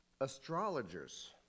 astrologers